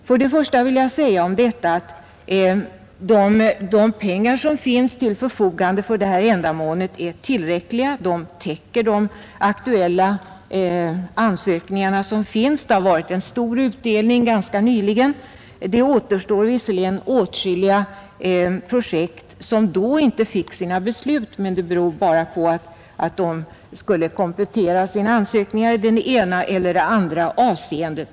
För det första vill jag om detta säga att de pengar som står till förfogande för detta ändamål är tillräckliga. De täcker de aktuella ansökningarna. Det har varit en stor utdelning ganska nyligen. Det återstår visserligen åtskilliga projekt som då inte har fått sina beslut, men det beror bara på att ansökningarna skall kompletteras i det ena eller andra avseendet.